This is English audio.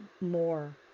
more